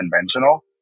conventional